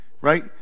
right